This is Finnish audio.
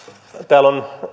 täällä on